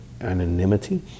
anonymity